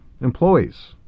employees